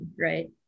Right